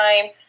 time